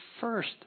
first